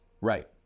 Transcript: Right